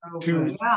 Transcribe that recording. two